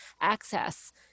access